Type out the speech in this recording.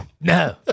No